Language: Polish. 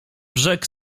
brzeg